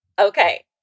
Okay